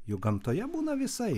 juk gamtoje būna visaip